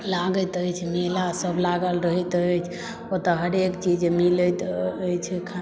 लागैत अछि मेला सभ लागल रहैत अछि ओतय हरेक चीज मिलैत अछि